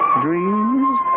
dreams